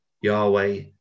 Yahweh